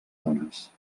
dones